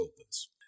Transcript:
opens